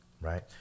right